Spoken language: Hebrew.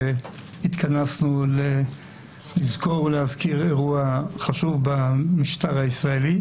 שהתכנסנו לזכור ולהזכיר אירוע חשוב במשטר הישראלי.